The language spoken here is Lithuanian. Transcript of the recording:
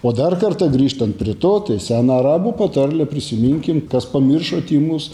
o dar kartą grįžtant prie to tai sena arabų patarlė prisiminkim kas pamiršo tymus